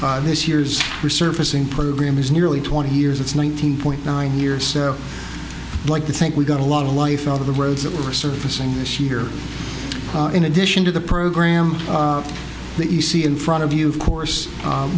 on this year's resurfacing program is nearly twenty years it's nineteen point nine years like to think we got a lot of life out of the roads that were surfacing this year in addition to the program that you see in front of you of course